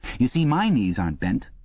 you see my knees aren't bent.